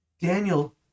Daniel